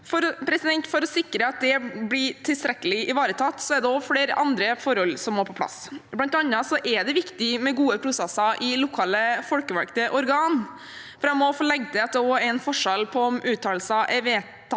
For å sikre at det blir tilstrekkelig ivaretatt, er det også flere andre forhold som må på plass. Blant annet er det viktig med gode prosesser i lokale folkevalgte organer. Jeg må få legge til at det er en forskjell på om uttalelsen har vært